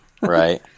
right